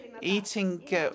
Eating